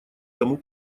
тому